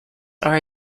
are